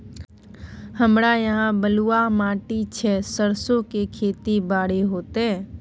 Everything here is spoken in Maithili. हमरा यहाँ बलूआ माटी छै सरसो के खेती बारी होते?